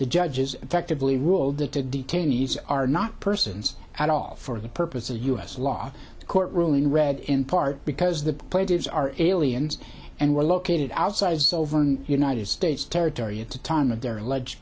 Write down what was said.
the judges effectively ruled that the detainees are not persons at all for the purpose of a u s law court ruling read in part because the plaintiffs are aliens and were located outside sovan united states territory at the time of their alleged